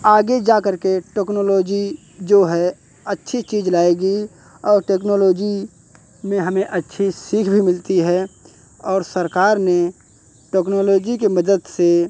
आगे जाकर के टेक्नोलॉजी जो है अच्छी चीज़ लाएगी और टेक्नोलॉजी में हमें अच्छी सीख भी मिलती है और सरकार ने टेक्नोलॉजी की मदद से